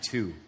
Two